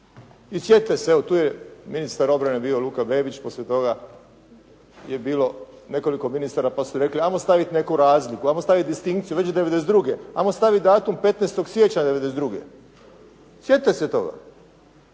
I sjetite se, evo tu je ministar obrane bio Luka Bebić, poslije toga je bilo nekoliko ministara pa su rekli, hajmo staviti neku razliku, hajmo staviti distinkciju već '92., hajmo staviti datum 15. siječnja '92. Sjetite se toga. Ajmo onda staviti datum